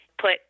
put